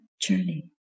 journey